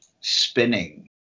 spinning